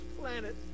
planet